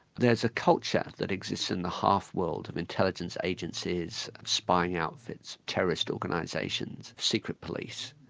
there's a culture that exists in the half world of intelligence agencies, spying outfits, terrorist organisations, secret police,